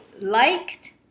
liked